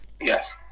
Yes